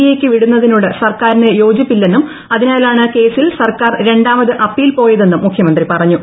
I യ്ക്ക് വിടുന്നതിനോട് സർക്കാരിന് യോജിപ്പില്ലെന്നും അതിനാലാണ് കേസിൽ സർക്കാർ രണ്ടാമത് അപ്പീൽ പോയതെന്നും മുഖ്യമന്ത്രിപ്പുറിഞ്ഞു